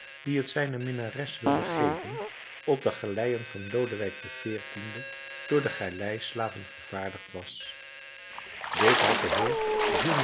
die t zijne minnares wilde geven op de galeien van lodewijk xiv door de galeislaven vervaardigd was dit had de heer